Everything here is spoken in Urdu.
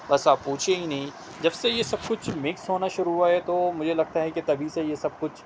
بس آپ پوچھیے ہی نہیں جب سے یہ سب کچھ مکس ہونا شروع ہوا ہے تو مجھے لگتا ہے کہ تبھی یہ سب کچھ